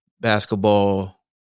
basketball